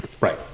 Right